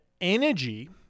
energy